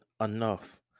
enough